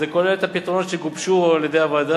זה כולל את הפתרונות שגובשו על-ידי הוועדה,